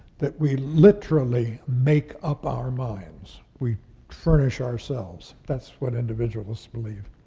that we literally make up our minds. we furnish ourselves. that's what individualists believe.